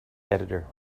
editor